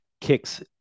kicks